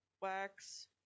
wax